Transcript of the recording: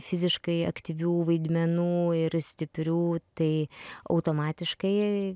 fiziškai aktyvių vaidmenų ir stiprių tai automatiškai